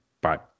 Bye